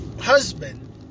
husband